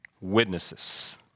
witnesses